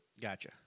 Gotcha